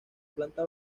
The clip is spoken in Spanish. planta